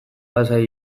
lasai